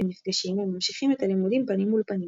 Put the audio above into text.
נפגשים וממשיכים את הלימודים פנים מול פנים.